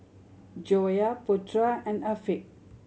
Joyah Putra and Afiq